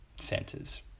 centers